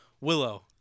Willow